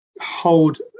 hold